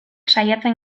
saiatzen